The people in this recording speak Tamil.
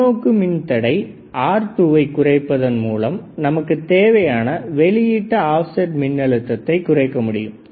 பின்னுட்டு மின்தடை R2 வை குறைப்பதன் மூலம் நமக்கு தேவையான வெளியீட்டு ஆப்செட் மின் அழுத்தத்தை குறைக்க முடியும்